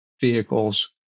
vehicles